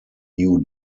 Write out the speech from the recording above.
new